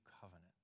covenant